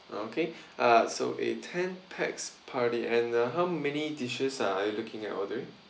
ah okay uh so a ten pax party and uh how many dishes are you looking at ordering